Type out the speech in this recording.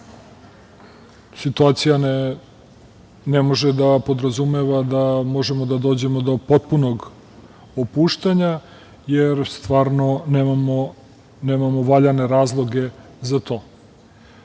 situacija ne može da podrazumeva da možemo da dođemo do potpunog opuštanja, jer stvarno nemamo valjane razloge za to.